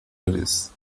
eres